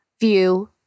view